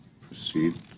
Proceed